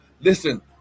listen